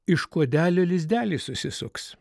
iš kuodelio lizdelį susisuks